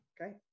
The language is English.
Okay